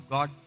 God